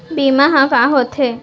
बीमा ह का होथे?